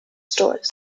stores